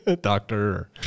doctor